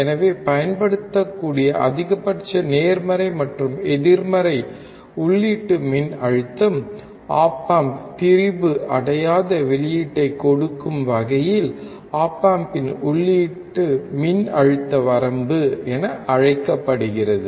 எனவே பயன்படுத்தக்கூடிய அதிகபட்ச நேர்மறை மற்றும் எதிர்மறை உள்ளீட்டு மின்னழுத்தம் ஒப் ஆம்ப் திரிபு அடையாத வெளியீட்டைக் கொடுக்கும் வகையில் ஒப் ஆம்பின் உள்ளீட்டு மின்னழுத்த வரம்பு என அழைக்கப்படுகிறது